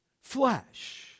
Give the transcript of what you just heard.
flesh